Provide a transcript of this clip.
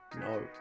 No